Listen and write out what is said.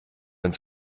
uns